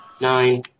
nine